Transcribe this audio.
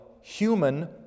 human